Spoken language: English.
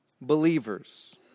believers